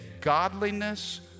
godliness